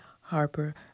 Harper